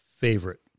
Favorite